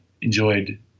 enjoyed